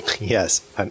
Yes